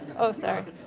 oh sorry.